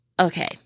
Okay